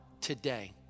today